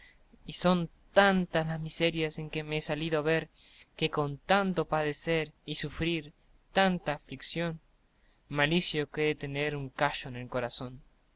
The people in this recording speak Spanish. y son tantas las miserias en que me he salido ver que con tanto padecer y sufrir tanta aflición malicio que he de tener un callo en el corazón